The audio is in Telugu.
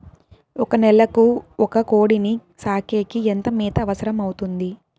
ఒక నెలకు ఒక కోడిని సాకేకి ఎంత మేత అవసరమవుతుంది?